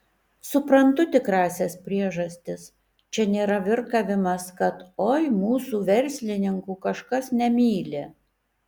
suprantu tikrąsias priežastis čia nėra virkavimas kad oi mūsų verslininkų kažkas nemyli